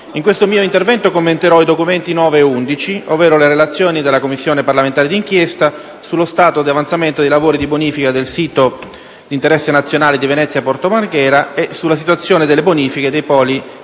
in questo mio intervento commenterò i documenti nn. 9 e 11, ovvero le relazioni della Commissione parlamentare d'inchiesta sullo stato di avanzamento dei lavori di bonifica nel sito di interesse nazionale di Venezia-Porto Marghera e sulla situazione delle bonifiche dei poli